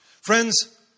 Friends